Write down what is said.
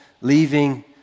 leaving